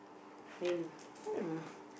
and I don't know